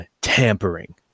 tampering